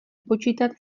počítat